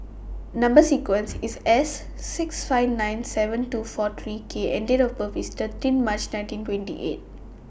Number sequence IS S six five nine seven two four three K and Date of birth IS thirteen March nineteen twenty eight